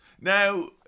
Now